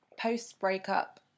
post-breakup